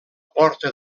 porta